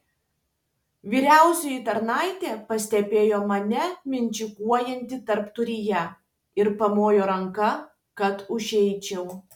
vyriausioji tarnaitė pastebėjo mane mindžikuojantį tarpduryje ir pamojo ranka kad užeičiau